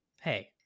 Hey